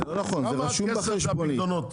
כמה כסף בפיקדונות?